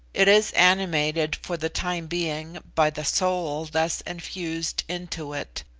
it is animated for the time being by the soul thus infused into it,